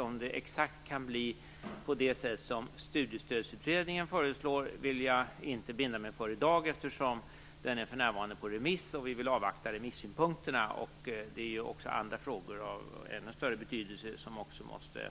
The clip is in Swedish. Om det exakt kan bli på det sätt som Studiestödsutredningen föreslår vill jag inte binda mig för i dag, eftersom förslaget för närvarande är på remiss, och vi vill avvakta remissynpunkterna. Det finns andra frågor av ännu större betydelse som också måste